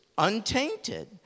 untainted